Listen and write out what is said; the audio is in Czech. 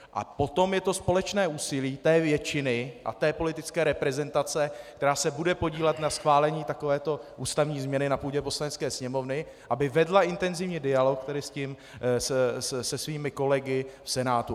A potom je to společné úsilí té většiny a té politické reprezentace, která se bude podílet na schválení takovéto ústavní změny na půdě Poslanecké sněmovny, aby vedla intenzivní dialog se svými kolegy v Senátu.